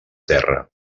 terra